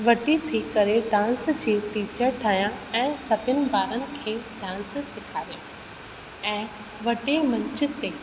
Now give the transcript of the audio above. वॾी थी करे डांस जी टीचर ठहियां ऐं सभिनि बारनि खे डांस सेखारियां ऐं वॾे मंच ते